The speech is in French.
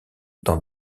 dans